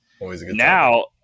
now